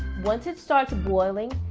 once it starts boiling,